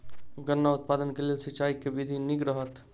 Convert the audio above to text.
गन्ना उत्पादन केँ लेल सिंचाईक केँ विधि नीक रहत?